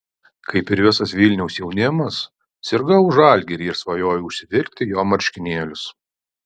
kaip ir visas vilniaus jaunimas sirgau už žalgirį ir svajojau užsivilkti jo marškinėlius